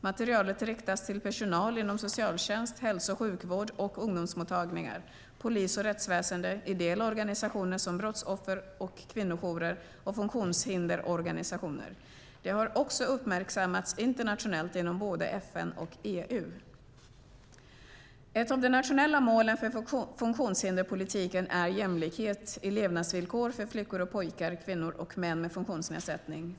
Materialet riktas till personal inom socialtjänst, hälso och sjukvård och ungdomsmottagningar, polis och rättsväsen, ideella organisationer som brottsoffer och kvinnojourer och funktionshindersorganisationer. Det har också uppmärksammats internationellt inom både FN och EU. Ett av de nationella målen för funktionshinderspolitiken är jämlikhet i levnadsvillkor för flickor och pojkar, kvinnor och män med funktionsnedsättning.